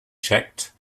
checked